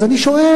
אז אני שואל,